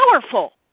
powerful